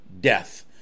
death